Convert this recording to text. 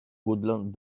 woodland